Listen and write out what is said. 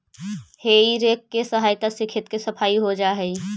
हेइ rake के सहायता से खेत के सफाई हो जा हई